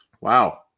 Wow